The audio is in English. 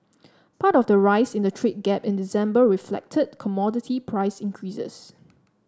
part of the rise in the trade gap in December reflected commodity price increases